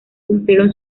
cumplieron